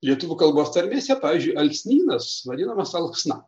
lietuvių kalbos tarmėse pavyzdžiui alksnynas vadinamas alksna